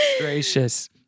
Gracious